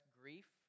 grief